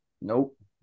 Nope